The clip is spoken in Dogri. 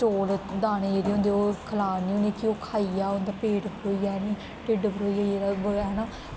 चौल दानें जेह्ड़े होंदे ओह् खलारनी होन्नी कि ओह् खाई जा ओह्दा पेट भरोई जा हैनी ढिड्ड भरोई जा हैना